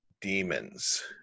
demons